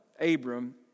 Abram